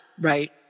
Right